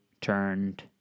turned